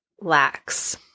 lacks